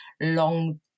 long